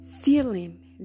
feeling